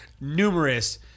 numerous